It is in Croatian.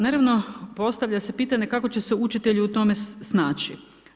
Naravno postavlja se pitanje kako će se učitelji u tom snaći.